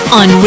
on